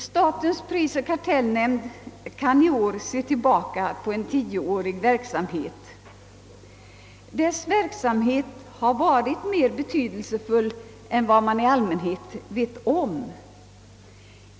Statens prisoch kartellnämnd kan i år se tillbaka på en tioårig verksamhet. Den har varit mer betydelsefull än vad man :i allmänhet vet om.